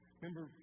Remember